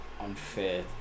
unfair